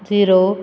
zero